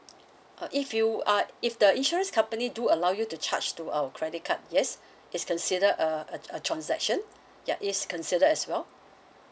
uh if you are if the insurance company do allow you to charge to our credit card yes it's considered a a a transaction ya it's considered as well